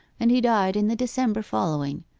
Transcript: and he died in the december following.